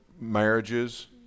marriages